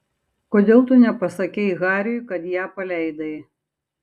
kodėl tu nepasakei hariui kad ją paleidai